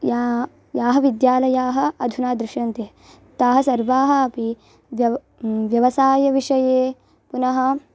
ये ये विद्यालयाः अधुना दृश्यन्ते ते सर्वे अपि व्यव् व्यवसायविषये पुनः